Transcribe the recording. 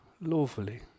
lawfully